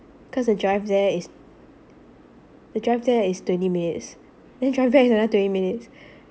cause the drive there is the drive there is twenty minutes then drive back is another twenty minutes